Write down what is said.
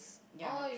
ya